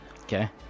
Okay